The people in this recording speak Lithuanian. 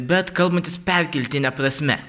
bet kalbantys perkeltine prasme